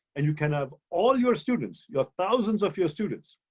and you can have all your students, your thousands of your students